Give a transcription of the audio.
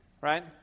right